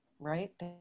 Right